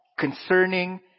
Concerning